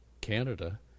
Canada